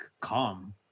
calm